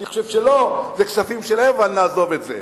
אני חושב שלא, אלה כספים שלהם, אבל נעזוב את זה.